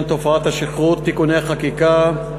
בתופעת השכרות (הוראת שעה ותיקון חקיקה)